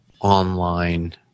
online